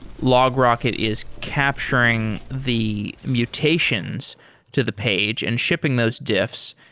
logrocket is capturing the mutations to the page and shipping those diffs.